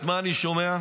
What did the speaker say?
ומה אני שומע?